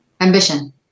Ambition